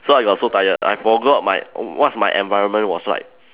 so I got so tired I forgot my what's my environment was like